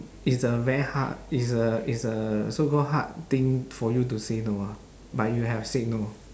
is a very hard is a is a so call hard thing for you to say no ah but you have said no